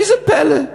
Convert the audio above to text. איזה פלא.